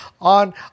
on